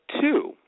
two